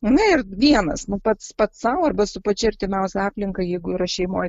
na ir vienas nu pats pats sau arba su pačia artimiausia aplinka jeigu yra šeimoj